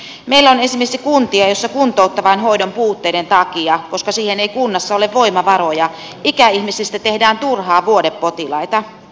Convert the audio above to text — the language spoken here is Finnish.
meillä on esimerkiksi kuntia joissa kuntouttavan hoidon puutteiden takia koska siihen ei kunnassa ole voimavaroja ikäihmisistä tehdään turhaan vuodepotilaita